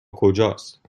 کجاست